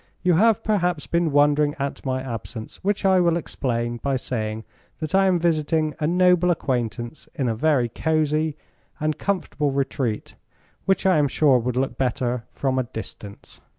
you have perhaps been wondering at my absence, which i will explain by saying that i am visiting a noble acquaintance in a very cozy and comfortable retreat which i am sure would look better from a distance.